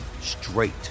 straight